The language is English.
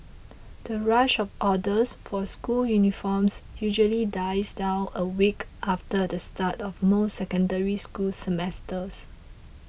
the rush of orders for school uniforms usually dies down a week after the start of most Secondary School semesters